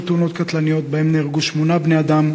תאונות קטלניות ונהרגו בהן שמונה בני-אדם,